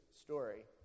story